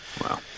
Wow